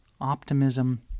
optimism